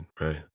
Right